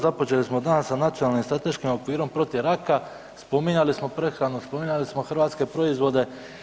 Započeli smo dan sa Nacionalnim strateškim okvirom protiv raka, spominjali smo prehranu, spominjali smo hrvatske proizvode.